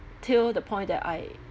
till the point that I